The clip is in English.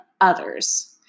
others